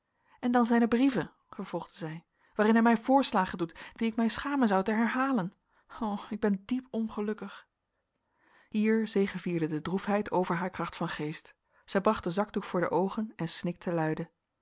en dan zijne brieven vervolgde zij waarin hij mij voorslagen doet die ik mij schamen zou te herhalen o ik ben diep ongelukkig hier zegevierde de droefheid over haar kracht van geest zij bracht den zakdoek voor de oogen en snikte luide